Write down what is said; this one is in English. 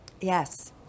Yes